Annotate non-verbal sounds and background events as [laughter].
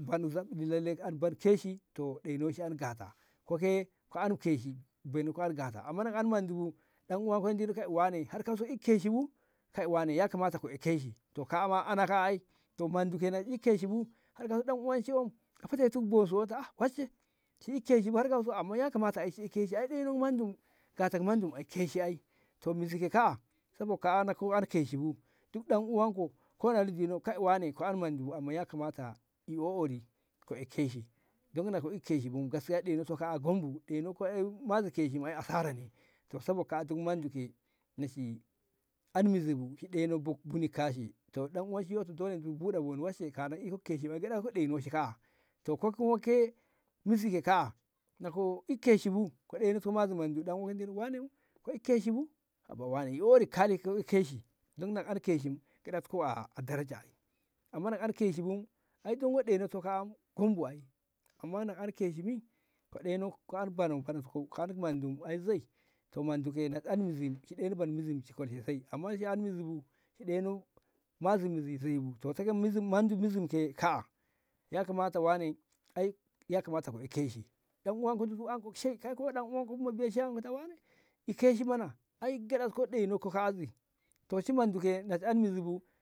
bano zab milla an keshi to ɗeino shi an gata kake an keshi benonko an gata amma ka ka mandubu ta af wane har kauso ka an keshi bu kai wane yakamata ai keshi kaa'a ma ana kaa'a ai to mandu kenan [noise] amma na i keshi bu ɗan uwanki wom na i keshi bu a fetetik bosu ta aa wanshe har kauso ki i keshi bu amma yakamata shi i keshi ai don ɗenon mandu gatak mandu keshi ai gorzo ke kaa'a to mizi ke kaa'a sabo ka an keshi bu duk ɗan uwanko ko na si dino kai wane ka an mandu bu amman yakamata i o'ori ka ai keshi don na ka i keshi bu ɗeinok kaa'a gom bu ɗeinok ko mazi shim bu ai asara ne to sabot kaa'a mandu ke na shi an mizi bu to shi ɗeinok boni kashe to ɗan uwan shi yoto to dole buɗa boni wanshe ka na shi inok keshi ai gyaɗati ɗono shi kaa'a to kai kuma ke mijzi ke kaa'a ka ɗeinok ko mazi mandu ɗan uwanko ta wane ka i keshi bu haba wane i o'ori ka keshi mandu na ka an keshi gyeɗat ko yo daraja ai amma na ka an keshi bu ai dongo ɗeinokko kaa'a gom bu ai amma na ka an keshi mi ka ɗeino an banat ko ka an mandu ai zoi to mandu kenan shi an mizi shi ɗeino ban mizin shi shi kola zai amma na shi an mizi bu shi ɗeino mazimmi zoi bu mizin ke kaa'a wane ya kamata ka ai keshi ɗan uwanko giti anko shai i keshi mana ai gyeɗat ko ɗeino kaa'a to shi mundu ke to en muzu.